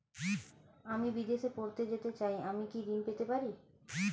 আমি বিদেশে পড়তে যেতে চাই আমি কি ঋণ পেতে পারি?